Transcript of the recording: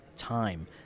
time